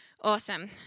Awesome